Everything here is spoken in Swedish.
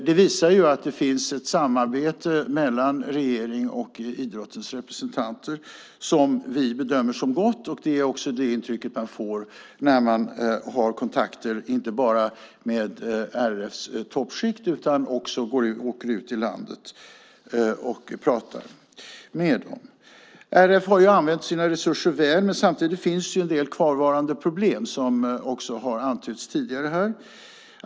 Detta visar att det finns ett samarbete mellan regering och idrottens representanter som vi bedömer som gott, och det är också det intryck man får inte bara när man har kontakter med RF:s toppskikt utan också när man åker ut i landet och pratar med människor. RF har använt sina resurser väl, men samtidigt finns som tidigare har antytts här en del kvarvarande problem.